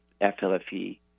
FLFE